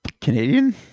Canadian